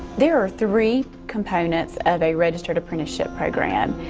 there are three components of a registered apprenticeship program.